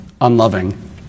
unloving